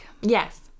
Yes